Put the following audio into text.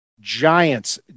Giants